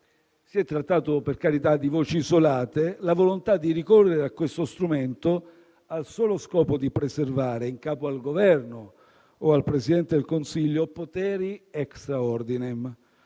si è trattato, per carità, di voci isolate - la volontà di ricorrere a questo strumento al solo scopo di preservare, in capo al Governo o al Presidente del Consiglio, poteri *extra ordinem*